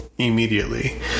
immediately